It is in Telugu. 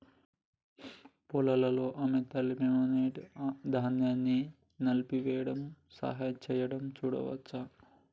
పొలాల్లో ఆమె తల్లి, మెమ్నెట్, ధాన్యాన్ని నలిపివేయడంలో సహాయం చేయడం చూడవచ్చు